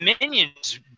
Minions